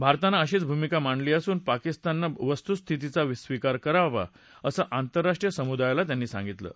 भारतानं अशीच भूमिका मांडली असून पाकिस्ताननं वस्तुस्थितीचा स्वीकार केला पाहिजे असं आंतरराष्ट्रीय समुदायाला सांगितलं आहे